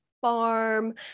farm